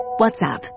WhatsApp